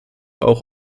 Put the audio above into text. auch